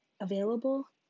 available